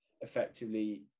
effectively